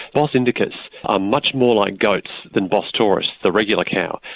bos indicus are much more like goats than bos taurus, the regular cow.